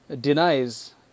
denies